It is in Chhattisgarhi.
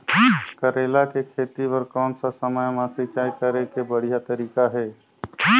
करेला के खेती बार कोन सा समय मां सिंचाई करे के बढ़िया तारीक हे?